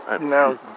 No